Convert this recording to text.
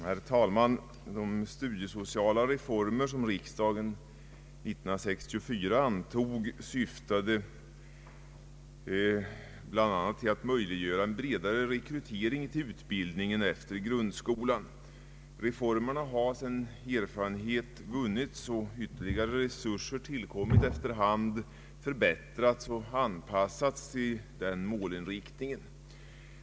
Herr talman! De studiesociala reformer som riksdagen antog 1964 syftade bl.a. till att möjliggöra bredare rekrytering till utbildningen efter grundskolan. Reformerna har, sedan erfarenhet vunnits och ytterligare resurser tillkommit, efter hand förbättrats och anpassats till den målinriktningen.